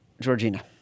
Georgina